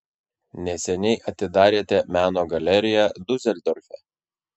neseniai atidarėte meno galeriją diuseldorfe